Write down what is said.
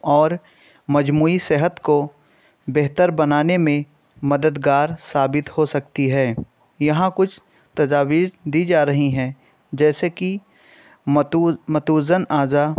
اور مجموعی صحت کو بہتر بنانے میں مددگار ثابت ہو سکتی ہے یہاں کچھ تجاویز دی جا رہی ہیں جیسے کہ متوازن اعضا